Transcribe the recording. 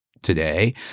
today